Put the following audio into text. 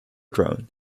drone